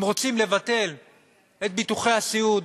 אם רוצים לבטל את ביטוחי הסיעוד,